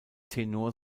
tenor